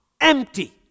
empty